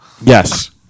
Yes